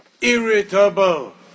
irritable